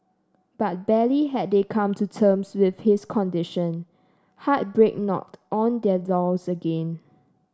but barely had they come to terms with his condition heartbreak knocked on their doors again